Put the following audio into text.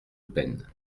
peine